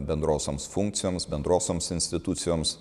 bendrosioms funkcijoms bendrosioms institucijoms